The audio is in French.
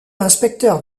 inspecteur